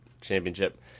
championship